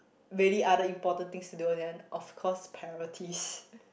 really other important thing to do then of course priorities